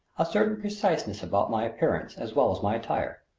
a certain preciseness about my appearance as well as my attire.